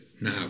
now